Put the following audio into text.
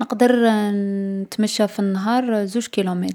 نقدر نـ نتمشى في النهار زوج كيلومتر.